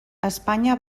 espanya